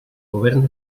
govern